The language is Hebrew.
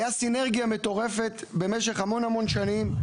היה סינרגיה מטורפת במשך המון המון שנים.